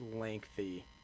lengthy